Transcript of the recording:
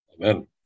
Amen